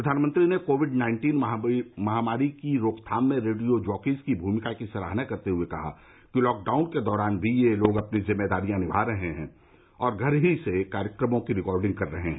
प्रधानमंत्री ने Covid nineteen महामारी की रोकथाम में रेडियो जॉकीज की भूमिका की सराहना करते हुए कहा कि लॉकडाउन के दौरान भी ये लोग अपनी जिम्मेदारियां निभा रहे हैं और घर ही से कार्यक्रमों की रिकॉर्डिंग कर रहे हैं